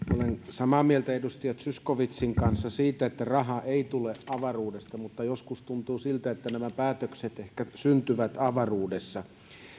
samaa mieltä edustaja zyskowiczin kanssa siitä että raha ei tule avaruudesta mutta joskus tuntuu siltä että nämä päätökset ehkä syntyvät avaruudessa